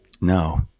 No